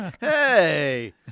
Hey